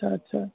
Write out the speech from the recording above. ଆଚ୍ଛା ଆଚ୍ଛା